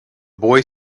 boy